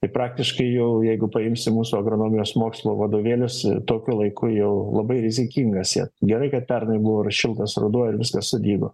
tai praktiškai jau jeigu paimsi mūsų agronomijos mokslo vadovėlius tokiu laiku jau labai rizikinga sėt gerai kad pernai buvo ir šiltas ruduo ir viskas sudygo